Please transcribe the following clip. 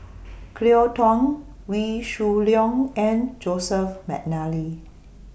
Cleo Thang Wee Shoo Leong and Joseph Mcnally